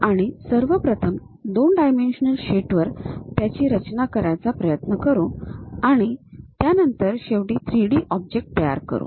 आपण सर्वप्रथम 2 डायमेन्शनल शीटवर यांची रचना करायचा प्रयत्न करू आणि त्यानंतर शेवटी 3D ऑब्जेक्ट तयार करू